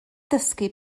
dysgu